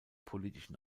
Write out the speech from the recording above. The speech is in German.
politischen